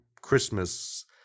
Christmas